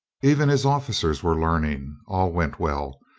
even his officers were learning. all went well.